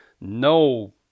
no